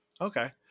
Okay